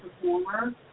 performer